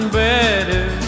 better